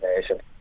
nation